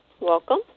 welcome